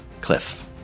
Cliff